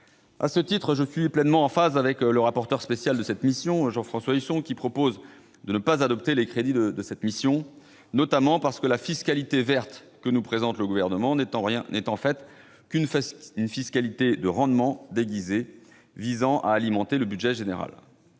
À ce titre, je suis pleinement en phase avec le rapporteur spécial Jean-François Husson, qui propose de ne pas adopter les crédits de la mission, notamment parce que la « fiscalité verte » présentée par le Gouvernement n'est en fait qu'une fiscalité de rendement déguisée visant à alimenter le budget général.